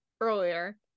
earlier